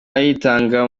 aritanga